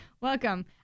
Welcome